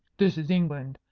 this is england.